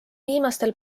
viimastel